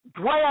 dwell